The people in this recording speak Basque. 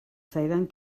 zaidan